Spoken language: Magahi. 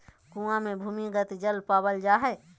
कुआँ मे भूमिगत जल पावल जा हय